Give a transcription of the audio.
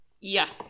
Yes